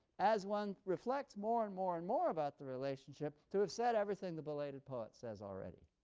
as one reflects more and more and more about the relationship, to have said everything the belated poet says already,